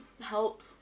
help